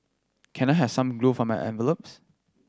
can I have some glue for my envelopes